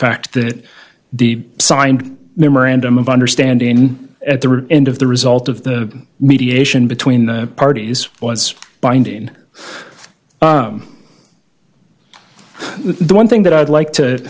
fact that the signed memorandum of understanding at the end of the result of the mediation between the parties was binding the one thing that i'd like to